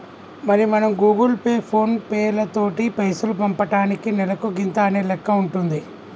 మరి మనం Google Pay ఫోన్ పేలతోటి పైసలు పంపటానికి నెలకు గింత అనే లెక్క ఉంటుంది